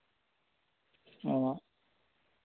ᱚ